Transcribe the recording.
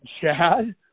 Chad